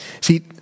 See